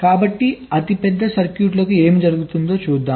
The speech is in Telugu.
కాబట్టి అతిపెద్ద సర్క్యూట్లకు ఏమి జరుగుతుంది చూద్దాం